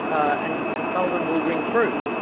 and and some of them will ring true.